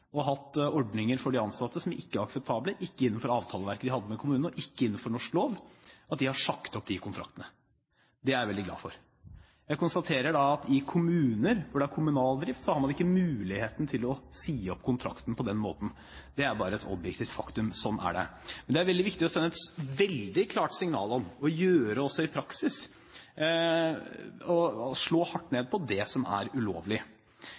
og hatt ordninger for de ansatte som ikke er akseptable, ikke er innenfor avtaleverket de hadde med kommunene, og ikke er innenfor norsk lov, har sagt opp de kontraktene. Det er jeg veldig glad for. Jeg konstaterer at i kommuner hvor det er kommunal drift, har man ikke mulighet til å si opp kontrakten på den måten. Det er bare et objektivt faktum, sånn er det. Men det er veldig viktig å sende et klart signal om – og også gjøre det i praksis – at man vil slå hardt ned på det som er ulovlig.